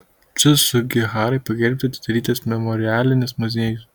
č sugiharai pagerbti atidarytas memorialinis muziejus